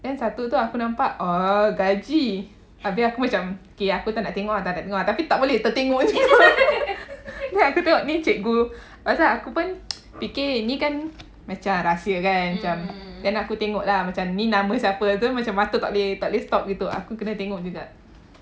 then satu tu aku nampak oo gaji tapi aku macam okay aku tak nak tengok ah tak nak tengok ah tapi tak boleh tertengok juga aku tengok ni cikgu lepas tu aku pun fikir ni kan macam rahsia kan macam then aku tengok lah macam ni nama siapa lepas tu macam mata tak boleh stop gitu aku kena tengok juga